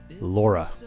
Laura